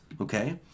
Okay